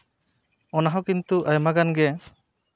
ᱚᱱᱟᱦᱚᱸ ᱠᱤᱱᱛᱩ ᱟᱭᱢᱟ ᱜᱟᱱ ᱜᱮ